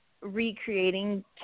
recreating